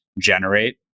generate